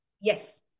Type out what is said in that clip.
yes